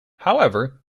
however